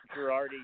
Girardi